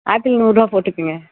apple நூறு ரூபா போட்டுக்கோங்க